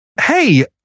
Hey